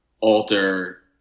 alter